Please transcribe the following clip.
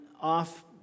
off